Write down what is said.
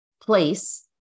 place